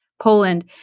Poland